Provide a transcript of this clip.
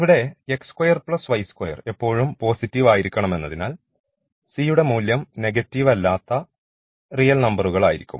ഇവിടെ x2 y2 എപ്പോഴും positive ആയിരിക്കണം എന്നതിനാൽ c യുടെ മൂല്യം നെഗറ്റീവ് അല്ലാത്ത റിയൽ നമ്പറുകൾ ആയിരിക്കും